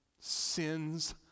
Sins